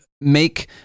make